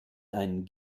ein